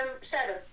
seven